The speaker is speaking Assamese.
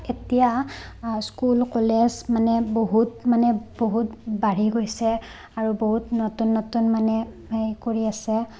এতিয়া স্কুল কলেজ মানে বহুত মানে বহুত বাঢ়ি গৈছে আৰু বহুত নতুন নতুন মানে সেই কৰি আছে